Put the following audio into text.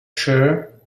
sure